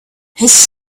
his